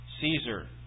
Caesar